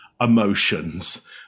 emotions